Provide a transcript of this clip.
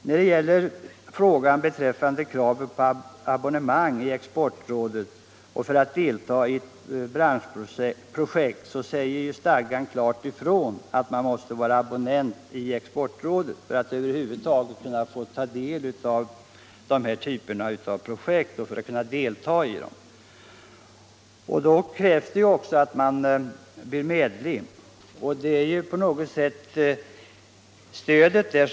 När det gäller frågan om krav på abonnemang i Exportrådet för att delta i ett branschprojekt, säger stadgan klart ifrån att man måste vara abonnent i Exportrådet för att över huvud taget kunna delta i dessa typer av projekt. Då krävs det också att man blir medlem. Det innebär att man får betala en medlemsavgift på ungefär 1 000 kr.